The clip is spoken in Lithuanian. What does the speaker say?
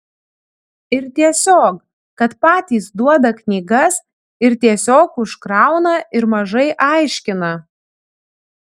ir tiesiog kad patys duoda knygas ir tiesiog užkrauna ir mažai aiškina